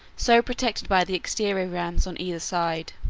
so protected by the exterior rams on either side.